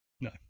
no